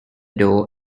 door